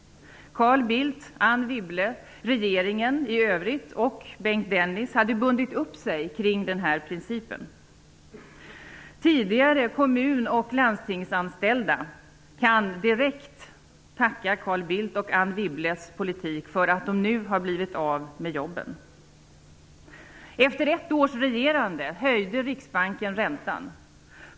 Carl Bildt, Anne Wibble, regeringen i övrigt och Bengt Dennis hade bundit upp sig kring denna princip. Tidigare kommun och landstingsanställda kan direkt tacka Carl Bildts och Anne Wibbles politik för att de nu har blivit av med jobben.